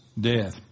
death